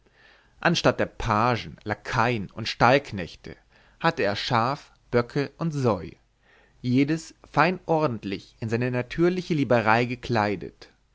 anstatt der pagen lakaien und stallknechte hatte er schaf böcke und säu jedes fein ordentlich in seine natürliche liberei gekleidet